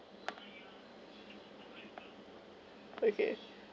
okay